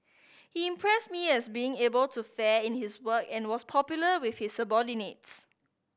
he impressed me as being able to fair in his work and was popular with his subordinates